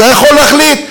אתה יכול להחליט: